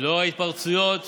לנוכח ההתפרצויות